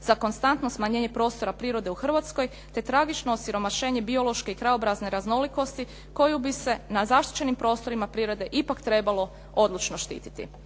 za konstantno smanjenje prostora prirode u Hrvatskoj, te tragično osiromašenje biološke i krajobrazne raznolikosti koju bi se na zaštićenim prostorima prirode ipak trebalo odlučno štititi.